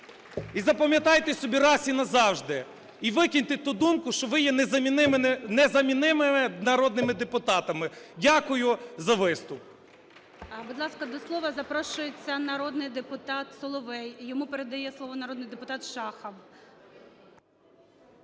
І запам'ятайте собі раз і на зажди, і викиньте ту думку, що ви є незамінимими народними депутатами. Дякую за виступ. ГОЛОВУЮЧИЙ. Будь ласка, до слова запрошується народний депутат Соловей. Йому передає слово народний депутат Шахов.